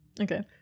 Okay